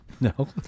no